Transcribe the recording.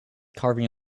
carving